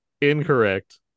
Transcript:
Incorrect